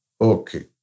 Okay